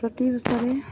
প্ৰতি বছৰে